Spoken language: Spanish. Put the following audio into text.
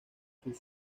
sus